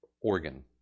organ